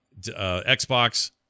Xbox